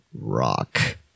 rock